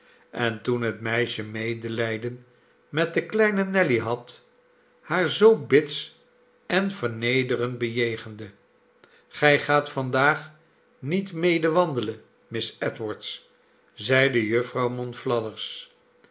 en toen het meisje medelijden met de kleine nelly had haar zoo bits en vernederend bejegende gij gaat vandaag niet mede wand elen miss edwards zeide